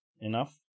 enough